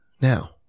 Now